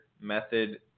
method